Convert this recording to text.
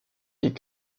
est